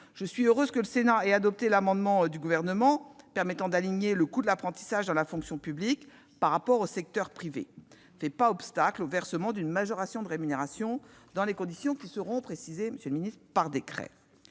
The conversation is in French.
j'en suis heureuse -l'amendement du Gouvernement visant à aligner le coût de l'apprentissage dans la fonction publique par rapport au secteur privé. Cela ne fait pas obstacle au versement d'une majoration de rémunération, dans des conditions qui seront précisées par décret.